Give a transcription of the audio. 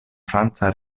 franca